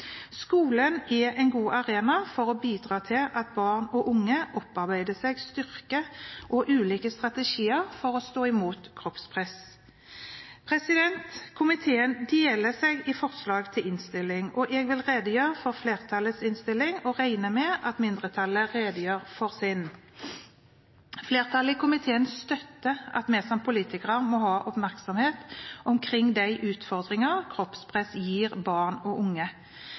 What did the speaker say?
Skolen er en god arena for å bidra til at barn og unge opparbeider seg styrke og ulike strategier for å stå imot kroppspress. Komiteen deler seg i forslag til vedtak. Jeg vil redegjøre for flertallets innstilling og regner med at mindretallet redegjør for sin. Flertallet i komiteen støtter at vi som politikere må ha oppmerksomhet omkring de utfordringer kroppspress gir barn og unge.